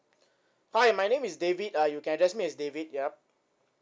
hi my name is david uh you can address me as david yup